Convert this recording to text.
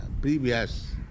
previous